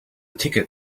ticket